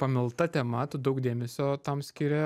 pamilta tema tu daug dėmesio tam skiri